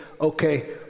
okay